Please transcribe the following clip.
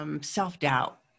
self-doubt